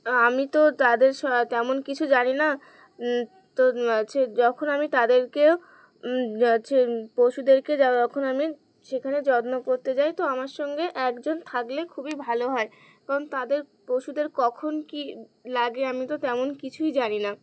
আমি তো তাদের সা তেমন কিছু জানি না তো হচ্ছে যখন আমি তাদেরকেও হচ্ছে পশুদেরকে যা যখন আমি সেখানে যত্ন করতে যাই তো আমার সঙ্গে একজন থাকলে খুবই ভালো হয় কারণ তাদের পশুদের কখন কী লাগে আমি তো তেমন কিছুই জানি না